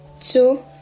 Two